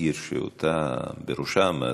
בעיר שבראשה עמדתי,